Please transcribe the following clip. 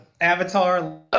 Avatar